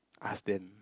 ask then